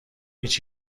هیچ